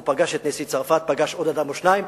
הוא פגש את נשיא צרפת, פגש עוד אדם או שניים,